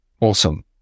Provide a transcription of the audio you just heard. Awesome